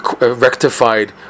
rectified